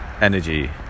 energy